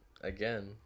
again